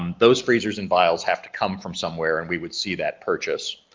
um those freezers and vials have to come from somewhere and we would see that purchase,